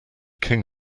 king